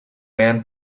man